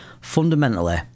Fundamentally